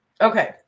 okay